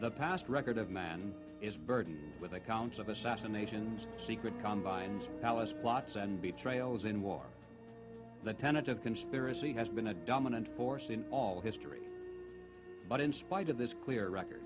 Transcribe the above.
the past record of man is burdened with accounts of assassinations secret combine malice plots and b trails in war that tenet of conspiracy has been a dominant force in all history but in spite of this clear record